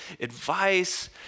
advice